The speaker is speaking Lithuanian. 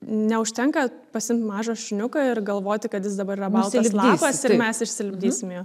neužtenka pasiimt mažą šuniuką ir galvoti kad jis dabar yra baltas lapas ir mes išsilipdysim jo